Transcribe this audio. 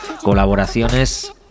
colaboraciones